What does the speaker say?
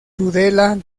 tudela